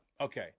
Okay